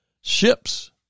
ships